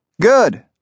Good